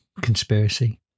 Conspiracy